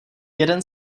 jeden